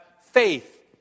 faith